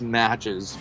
matches